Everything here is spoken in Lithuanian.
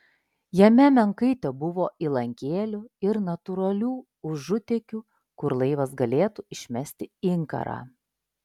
jame menkai tebuvo įlankėlių ir natūralių užutėkių kur laivas galėtų išmesti inkarą